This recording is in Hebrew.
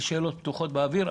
יש שאלות פתוחות באוויר.